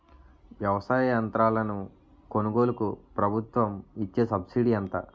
వ్యవసాయ యంత్రాలను కొనుగోలుకు ప్రభుత్వం ఇచ్చే సబ్సిడీ ఎంత?